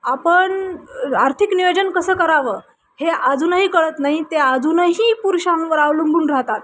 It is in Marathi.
आपण आर्थिक नियोजन कसं करावं हे अजूनही कळत नाही ते अजूनही पुरुषांवर अवलंबून राहतात